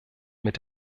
mit